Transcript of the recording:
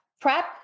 prep